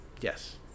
Yes